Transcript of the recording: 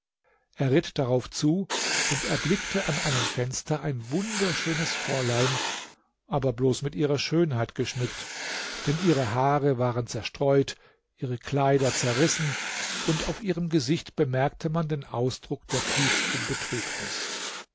er ritt darauf zu und erblickte an einem fenster ein wunderschönes fräulein aber bloß mit ihrer schönheit geschmückt denn ihre haare waren zerstreut ihre kleider zerrissen und auf ihrem gesicht bemerkte man den ausdruck der tiefsten betrübnis